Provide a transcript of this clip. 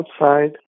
outside